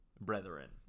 brethren